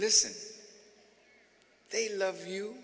listen they love you